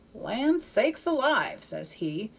land sakes alive says he,